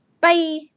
bye